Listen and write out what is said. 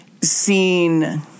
seen